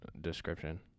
description